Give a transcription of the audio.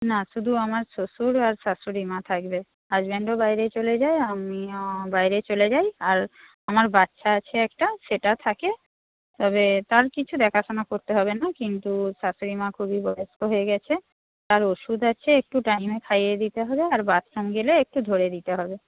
না শুধু আমার শ্বশুর আর শাশুড়ি মা থাকবে হাজবেন্ডও বাইরে চলে যায় আমিও বাইরে চলে যাই আর আমার বাচ্চা আছে একটা সেটা থাকে তবে তার কিছু দেখাশোনা করতে হবে না কিন্তু শাশুড়ি মা খুবই বয়স্ক হয়ে গেছে তার ওষুধ আছে একটু টাইমে খাইয়ে দিতে হবে আর বাথরুম গেলে একটু ধরে দিতে হবে